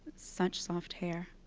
such soft hair,